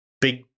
big